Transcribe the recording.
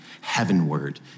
heavenward